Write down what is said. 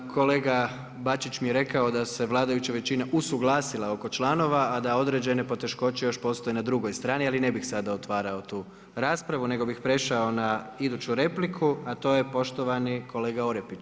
Kolega Bačić mi je rekao da se vladajuća većina usluglasila oko članova a da određene poteškoće još postoje na drugoj strani ali ne bih sada otvarao tu raspravu nego bih prešao na iduću repliku a to je poštovani kolega Orepić.